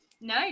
no